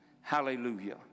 Hallelujah